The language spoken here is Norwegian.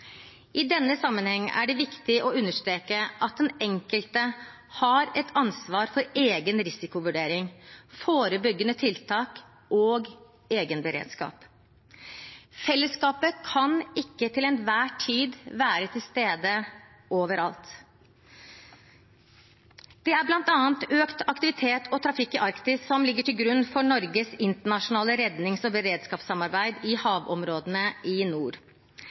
I denne sammenheng er det viktig å understreke at den enkelte har et ansvar for egen risikovurdering, forebyggende tiltak og egen beredskap. Fellesskapet kan ikke til enhver tid være til stede overalt. Det er bl.a. økt aktivitet og trafikk i Arktis som ligger til grunn for Norges internasjonale rednings- og beredskapssamarbeid i havområdene i nord.